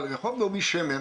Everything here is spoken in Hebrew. אבל רחוב נעמי שמר